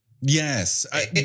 Yes